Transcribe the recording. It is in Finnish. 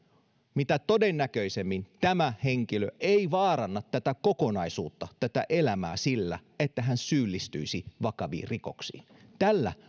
mitä todennäköisimmin tämä henkilö ei vaaranna tätä kokonaisuutta tätä elämää sillä että hän syyllistyisi vakaviin rikoksiin tällä